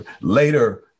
Later